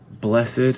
blessed